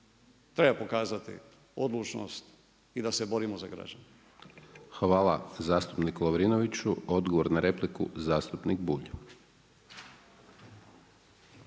Treba pokazati odlučnost i da se borimo za građane. **Hajdaš Dončić, Siniša (SDP)** Hvala zastupniku Lovrinoviću. Odgovor na repliku zastupnik Bulj.